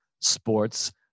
sports